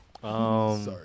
Sorry